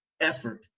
effort